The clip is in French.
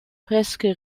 presque